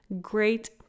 great